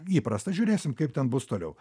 įprasta žiūrėsim kaip ten bus toliau